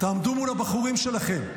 תעמדו מול הבחורים שלכם.